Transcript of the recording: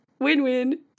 win-win